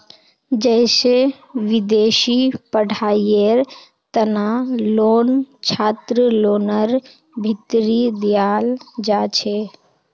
जैसे विदेशी पढ़ाईयेर तना लोन छात्रलोनर भीतरी दियाल जाछे